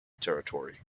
territory